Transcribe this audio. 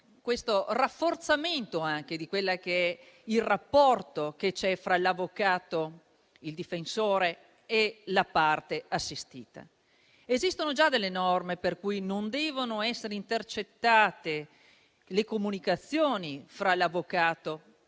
il rafforzamento del rapporto che c'è fra l'avvocato difensore e la parte assistita. Esistono già delle norme per cui non devono essere intercettate le comunicazioni fra l'avvocato e il suo